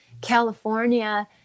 California